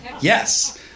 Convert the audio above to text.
Yes